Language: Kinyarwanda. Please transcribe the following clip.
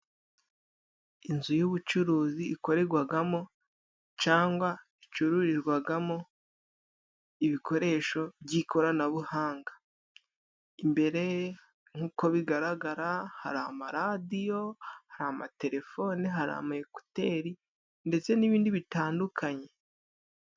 Inzu y'ubucuruzi ikoregwagamo cangwa icururizwagamo ibikoresho by'ikoranabuhanga. Imbere nk'uko bigaragara hari amaradiyo, hari amatelefon,i hari amakuteri ndetse n'ibindi bitandukanye.